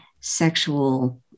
sexual